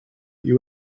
you